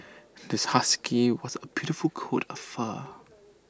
this husky was A beautiful coat of fur